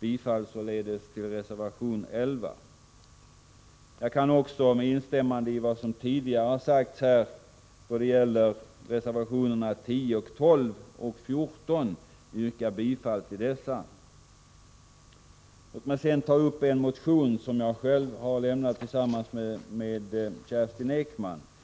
Jag yrkar således bifall till reservation 11. Jag kan också med instämmande i vad som tidigare har sagts här då det gäller reservationerna 10, 12 och 14 yrka bifall till dessa. Låt mig sedan ta upp en motion som jag tillsammans med Kerstin Ekman har lämnat.